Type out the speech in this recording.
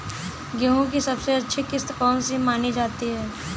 गेहूँ की सबसे अच्छी किश्त कौन सी मानी जाती है?